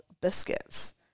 biscuits